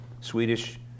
Swedish